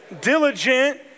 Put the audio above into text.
diligent